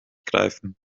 greifen